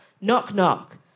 Knock-knock